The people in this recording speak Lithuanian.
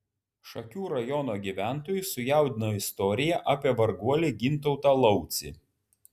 šakių rajono gyventojus sujaudino istorija apie varguolį gintautą laucį